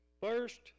First